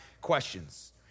questions